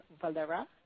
Valera